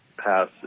pass